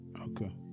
okay